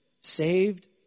Saved